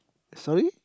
sorry